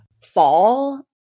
fall